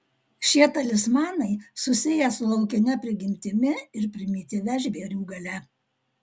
šie talismanai susiję su laukine prigimtimi ir primityvia žvėrių galia